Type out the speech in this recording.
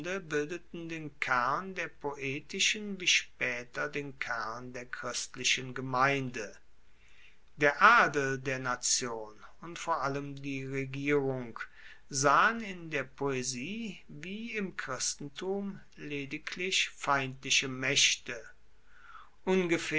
bildeten den kern der poetischen wie spaeter den kern der christlichen gemeinde der adel der nation und vor allem die regierung sahen in der poesie wie im christentum lediglich feindliche maechte